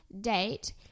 date